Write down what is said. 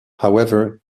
however